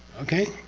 okay?